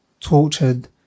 tortured